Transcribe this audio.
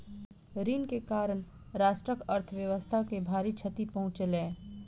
ऋण के कारण राष्ट्रक अर्थव्यवस्था के भारी क्षति पहुँचलै